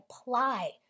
apply